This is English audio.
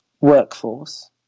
workforce